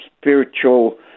spiritual